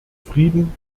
frieden